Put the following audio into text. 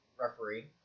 referee